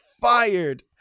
Fired